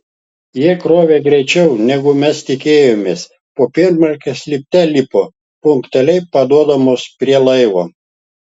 jie krovė greičiau negu mes tikėjomės popiermalkės lipte lipo punktualiai paduodamos prie laivo